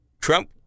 Trump